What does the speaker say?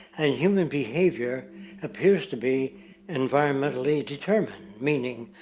and human behavior appears to be environmentally determined. meaning,